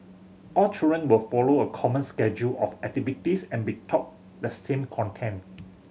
all children will follow a common schedule of activities and be taught the same content